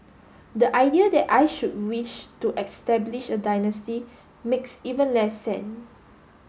the idea that I should wish to establish a dynasty makes even less